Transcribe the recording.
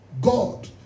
God